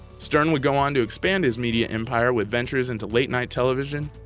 stern would go on to expand his media empire with ventures into late night television,